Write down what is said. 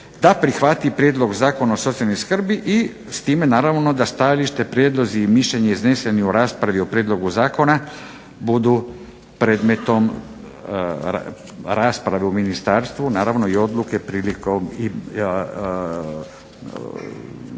da prihvati Prijedlog zakona o socijalnoj skrbi i s time naravno da stajališta, prijedlozi i mišljenja izneseni u raspravi o prijedlogu zakona budu predmetom rasprave u ministarstvu, naravno i odluke prilikom donošenja